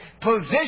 position